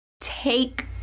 take